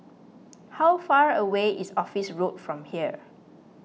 how far away is Office Road from here